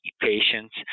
patients